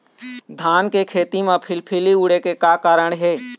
धान के खेती म फिलफिली उड़े के का कारण हे?